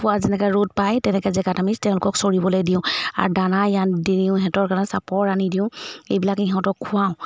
পোৱা যেনেকৈ ৰ'দ পাই তেনেকৈ জেগাত আামি তেওঁলোকক চৰিবলৈ দিওঁ আৰু দানা ইয়াত দিওঁ সিহঁতৰ কাৰণে চাপৰ আনি দিওঁ এইবিলাক সিহঁতক খুৱাওঁ